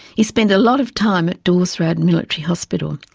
he spent a lot of time at daw's road military hospital.